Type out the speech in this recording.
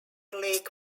lake